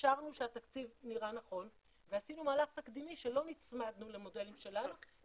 אפשרנו כשהתקציב נראה נכון ועשינו מהלך תקדימי שלא נצמדנו למודלים שלנו,